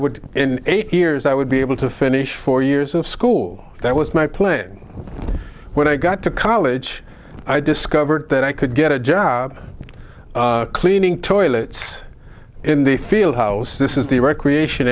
would in eight years i would be able to finish four years of school that was my playing when i got to college i discovered that i could get a job cleaning toilets in the field house this is the recreation